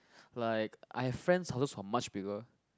like I have friends houses who are much bigger